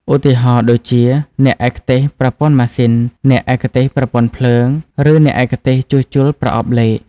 ឧទាហរណ៍ដូចជាអ្នកឯកទេសប្រព័ន្ធម៉ាស៊ីន អ្នកឯកទេសប្រព័ន្ធភ្លើងឬអ្នកឯកទេសជួសជុលប្រអប់លេខ។